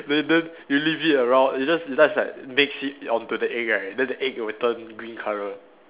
then then you leave it around you just you just like mix it onto the egg right then the egg will turn green colour